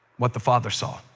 what the father saw.